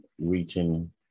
reaching